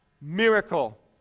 miracle